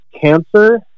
Cancer